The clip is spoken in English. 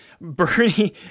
Bernie